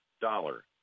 dollar